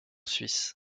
suisse